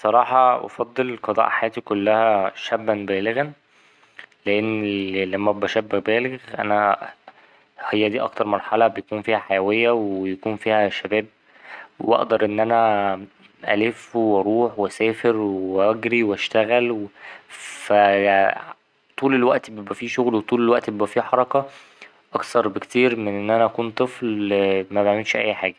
بصراحة أفضل قضاء حياتي كلها شابا بالغا، لأن لما أبقى شاب بالغ أنا هي دي أكتر مرحلة بيكون فيها حيوية ويكون فيها شباب وأقدر إن أنا ألف وأروح وأسافر وأجري وأشتغل و فا طول الوقت بيبقى فيه شغل وطول الوقت بيبقى فيه حركة أكثر بكتير من إن أكون طفل مبيعملش أي حاجة.